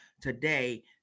today